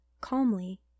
calmly